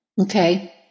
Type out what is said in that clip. Okay